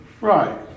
Right